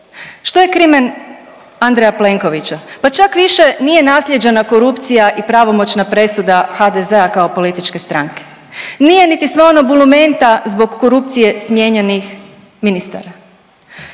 Što je krimen Andreja Plenkovića? Pa čak više nije naslijeđena korupcija i pravomoćna presuda HDZ-a kao političke stranke. Nije niti sva ona bulumenta zbog korupcije smijenjenih ministara.